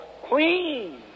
Queen